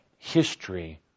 history